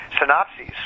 synopses